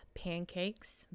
pancakes